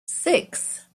six